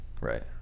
right